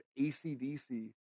ACDC